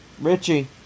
Richie